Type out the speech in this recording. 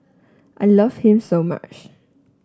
I love him so much